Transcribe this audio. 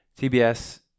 TBS